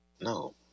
No